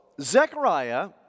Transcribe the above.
Zechariah